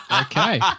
Okay